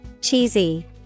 Cheesy